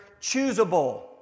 choosable